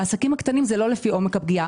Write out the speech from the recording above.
בעסקים הקטנים זה לא לפי עומק הפגיעה.